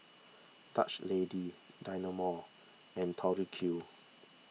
Dutch Lady Dynamo and Tori Q